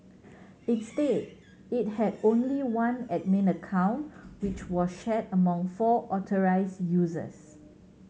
instead it had only one admin account which was shared among four authorised users